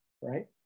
right